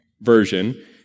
version